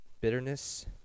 bitterness